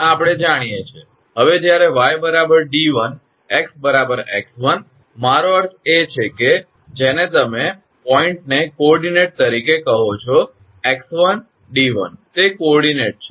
હવે જ્યારે 𝑦 𝑑1 𝑥 𝑥1 મારો અર્થ એ છે કે જે તમે પોઈન્ટને કોઓર્ડિનેટ તરીકે કહો છો 𝑥1 𝑑1 તે કોઓર્ડિનેટ છે